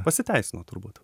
pasiteisino turbūt